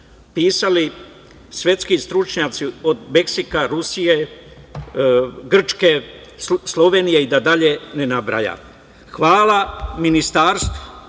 pisali svetski stručnjaci od Meksika, Rusije, Grčke, Slovenije i da dalje ne nabrajam. Hvala Ministarstvu